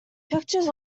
pictures